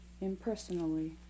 impersonally